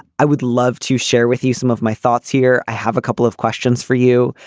i would love to share with you some of my thoughts here. i have a couple of questions for you.